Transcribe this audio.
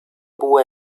部位